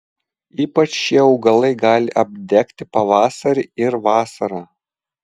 ypač šie augalai gali apdegti pavasarį ir vasarą